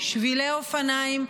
שבילי אופניים,